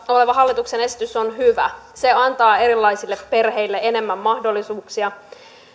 oleva hallituksen esitys on hyvä se antaa erilaisille perheille enemmän mahdollisuuksia